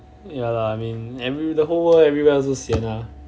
ya lah I mean every the whole world everywhere also sian ah